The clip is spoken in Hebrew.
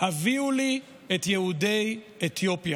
"הביאו לי את יהודי אתיופיה".